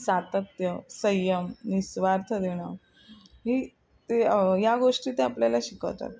सातत्य संयम निस्वार्थ देणं ही ते या गोष्टी ते आपल्याला शिकवतात